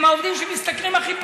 הם העובדים שמשתכרים הכי פחות.